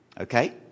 Okay